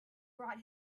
brought